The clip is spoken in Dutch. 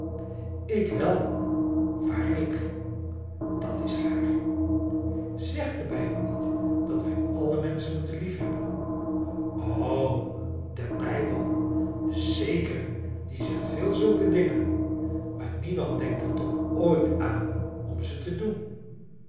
ik wel waarlijk dat is raar zegt de bijbel niet dat wij alle menschen moeten liefhebben o de bijbel zeker die zegt veel zulke dingen maar niemand denkt er toch ooit aan om ze te doen